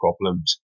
problems